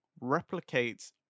replicates